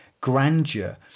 grandeur